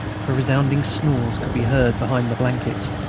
for resounding snores could be heard behind the blankets,